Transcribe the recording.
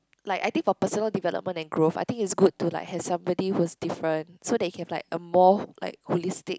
like I think for personal development and growth I think it's good to like have somebody who's different so that you can have like a more like holistic